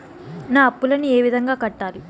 నా అప్పులను ఏ విధంగా కట్టాలి?